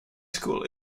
school